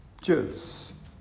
Cheers